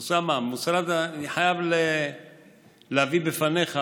אוסאמה, אני חייב להביא בפניך,